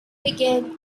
began